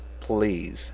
please